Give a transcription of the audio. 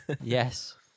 Yes